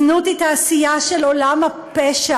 זנות היא תעשייה של עולם הפשע,